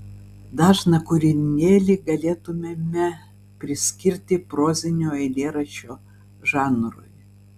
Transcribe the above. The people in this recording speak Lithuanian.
dažną kūrinėlį galėtumėme priskirti prozinio eilėraščio žanrui